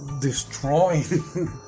destroying